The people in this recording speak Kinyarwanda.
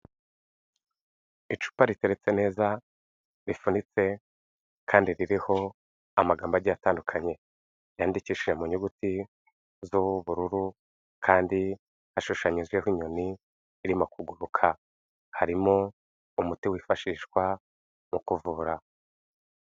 Icupa riteretse neza rifunitse kandi ririho amagambo agiye atandukanye yandikishije mu nyuguti z'ubururu kandi ashushanyijweho inyoni irimo kuguruka, harimo umuti wifashishwa mu kuvura.